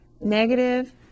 negative